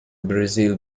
برزیل